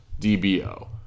DBO